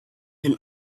and